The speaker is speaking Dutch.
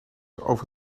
over